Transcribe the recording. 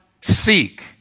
seek